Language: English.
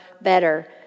better